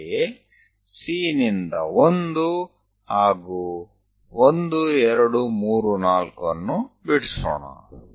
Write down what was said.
ಅಂತೆಯೇ C ನಿಂದ 1 ಹಾಗೂ 1 2 3 4 ಅನ್ನು ಬಿಡಿಸೋಣ